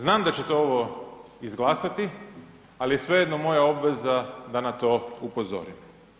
Znam da ćete ovo izglasati, ali svejedno je moja obveza da na to upozorim.